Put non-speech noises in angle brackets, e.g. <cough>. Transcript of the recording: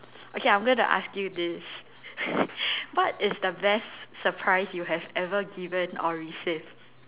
okay I'm gonna ask you this <laughs> what is the best surprise you have ever given or received